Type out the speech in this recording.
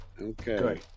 Okay